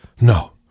No